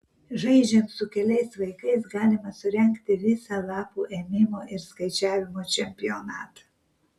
žaidžiant su keliais vaikais galima surengti visą lapų ėmimo ir skaičiavimo čempionatą